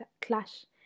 clash